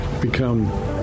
become